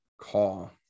call